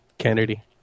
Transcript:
Kennedy